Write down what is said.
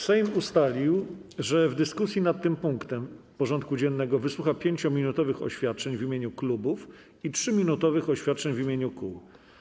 Sejm ustalił, że w dyskusji nad tym punktem porządku dziennego wysłucha 5-minutowych oświadczeń w imieniu klubów i 3-minutowych oświadczeń w imieniu kół.